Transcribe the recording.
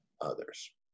others